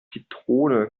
zitrone